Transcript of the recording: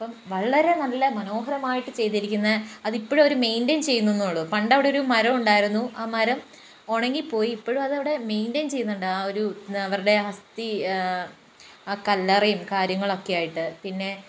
അപ്പം വളരെ നല്ല മനോഹരമായിട്ട് ചെയ്തിരിക്കുന്ന അതിപ്പഴും അവര് മെയിൻ്റയിൻ ചെയ്യുന്നെന്നേ ഉള്ളൂ പണ്ടവിടൊരു മരമുണ്ടായിരുന്നു ആ മരം ഒണങ്ങിപ്പോയി ഇപ്പഴും അതവിടെ മെയിൻ്റയിൻ ചെയ്യുന്നുണ്ട് ആ ഒരു അവരുടെ അസ്ഥി ആ കല്ലറയും കാര്യങ്ങളുമൊക്കെയായിട്ട് പിന്നെ